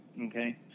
okay